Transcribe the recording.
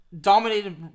dominated